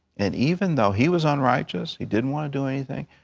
and even though he was unrighteous, he didn't want to do anything,